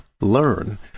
learn